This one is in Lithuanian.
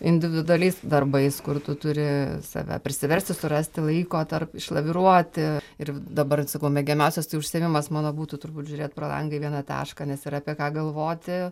individualiais darbais kur tu turi save prisiversti surasti laiko tarp išlaviruoti ir dabar sakau mėgiamiausias tai užsiėmimas mano būtų turbūt žiūrėt pro langą į vieną tašką nes yra apie ką galvoti